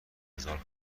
هزار